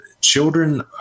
children